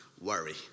worry